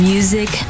Music